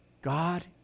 God